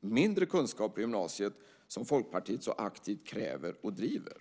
mindre kunskap på gymnasiet som Folkpartiet så aktivt kräver och driver.